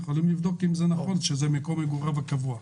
יכולים לבדוק אם נכון שזה מקום מגוריו הקבוע.